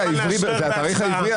לאשר את ההצעה.